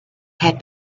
had